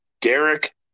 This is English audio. Derek